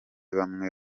bamwe